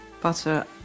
Butter